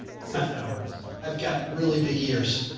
six hours. i've got really big ears.